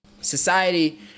society